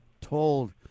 told